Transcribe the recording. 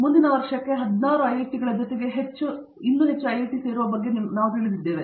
ಮುಂದಿನ ವರ್ಷಕ್ಕೆ 16 ಐಐಟಿಗಳ ಜೊತೆಗೆ ಹೆಚ್ಚು ಮತ್ತು ಹೆಚ್ಚು ಸೇರಿಸುವ ಬಗ್ಗೆ ಈಗ ನಾವು ತಿಳಿದಿದ್ದೇವೆ